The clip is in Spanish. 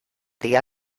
día